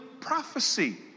prophecy